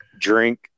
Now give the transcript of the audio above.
drink